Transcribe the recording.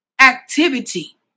activity